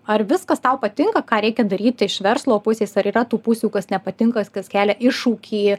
ar viskas tau patinka ką reikia daryt iš verslo pusės ar yra tų pusių kas nepatinka s kas kelia iššūkį